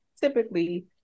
typically